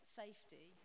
safety